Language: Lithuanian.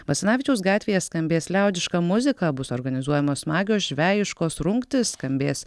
basanavičiaus gatvėje skambės liaudiška muzika bus organizuojamos smagios žvejiškos rungtys skambės